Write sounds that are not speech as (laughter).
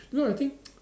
no I think (noise)